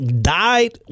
died